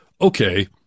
okay